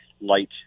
light